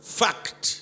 fact